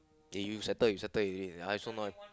K you settle you settle already I also not